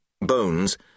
bones